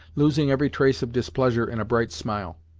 losing every trace of displeasure in a bright smile